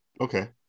Okay